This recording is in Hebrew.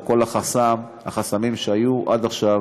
את כל החסמים שהיו עד עכשיו